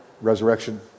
resurrection